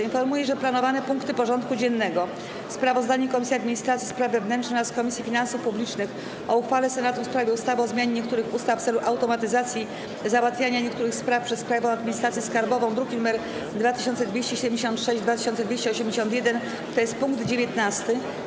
Informuję, że planowane punkty porządku dziennego: - Sprawozdanie Komisji Administracji i Spraw Wewnętrznych oraz Komisji Finansów Publicznych o uchwale Senatu w sprawie ustawy o zmianie niektórych ustaw w celu automatyzacji załatwiania niektórych spraw przez Krajową Administrację Skarbową, druki nr 2276 i 2281, tj. punkt 19.